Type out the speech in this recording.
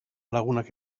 lagunak